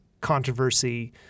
controversy